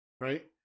right